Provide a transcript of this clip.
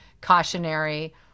cautionary